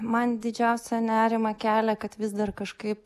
man didžiausią nerimą kelia kad vis dar kažkaip